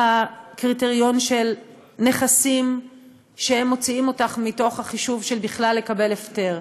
הקריטריון של נכסים שבכלל מוציאים אותך מתוך החישוב של לקבל הפטר,